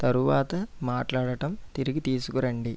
తరువాత మాట్లాడటం తిరిగి తీసుకురండి